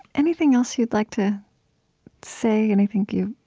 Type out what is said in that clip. anything else you'd like to say? anything you,